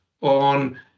on